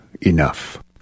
enough